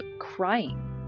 crying